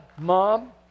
Mom